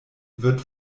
wird